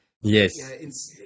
Yes